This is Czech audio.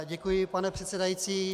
Děkuji, pane předsedající.